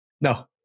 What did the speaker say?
No